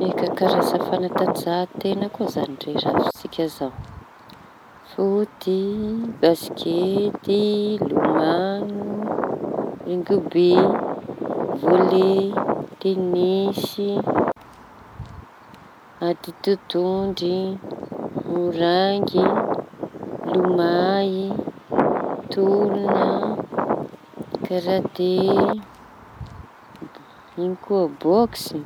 Eka, karaza fanatanjahan-teña ko izañy rehafintsika zao foty, basikety, lomano, rigiby, vôley, tenisy, ady totondry, moraingy, lomay, tolona, karate, ino koa boksy.